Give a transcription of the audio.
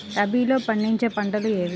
రబీలో పండించే పంటలు ఏవి?